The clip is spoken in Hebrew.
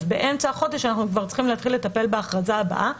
אז באמצע החודש אנחנו כבר צריכים להתחיל לטפל בהכרזה הבאה.